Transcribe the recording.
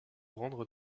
rendre